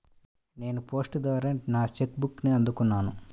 నేను పోస్ట్ ద్వారా నా చెక్ బుక్ని అందుకున్నాను